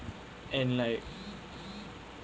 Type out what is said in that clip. and like